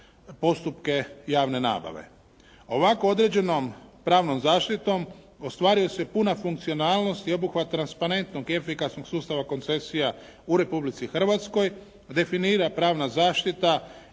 postupke javne nabave. Ovako određenom pravnom zaštitom ostvaruje se puna funkcionalnost i obuhvat transparentnog i efikasnog sustava koncesija u Republici Hrvatskoj, definira pravna zaštita iz